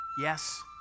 Yes